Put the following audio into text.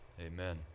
Amen